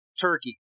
Turkey